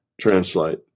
translate